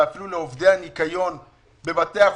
ואפילו לעובדי הניקיון בבתי החולים,